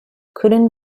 können